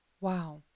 Wow